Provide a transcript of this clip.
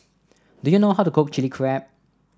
do you know how to cook Chili Crab